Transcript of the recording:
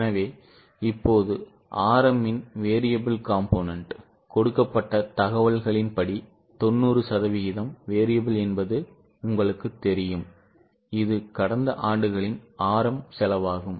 எனவே இப்போது RMன் variable component கொடுக்கப்பட்ட தகவல்களின்படி 90 சதவீதம் variable என்பது உங்களுக்குத் தெரியும் இது கடந்த ஆண்டுகளின் RM செலவாகும்